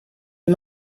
est